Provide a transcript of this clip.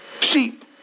sheep